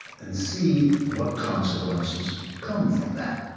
and see what consequences come from that.